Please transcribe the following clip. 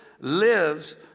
lives